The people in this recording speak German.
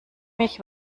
mich